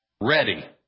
ready